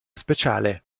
speciale